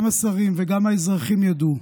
גם השרים וגם האזרחים ידעו: